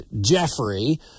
Jeffrey